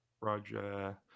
Roger